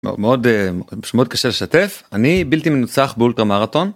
מאוד מאוד קשה לשתף אני בלתי מנוצח באולטרה מרתון.